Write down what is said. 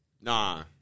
Nah